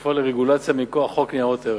הכפופה לרגולציה מכוח חוק ניירות ערך.